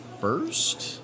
first